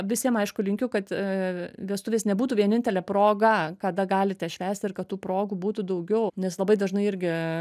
visiem aišku linkiu kad vestuvės nebūtų vienintelė proga kada galite švęsti ir kad tų progų būtų daugiau nes labai dažnai irgi